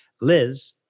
Liz